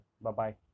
bye-bye